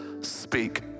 Speak